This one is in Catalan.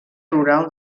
rural